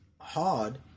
hard